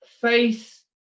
faith